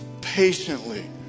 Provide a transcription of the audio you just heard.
patiently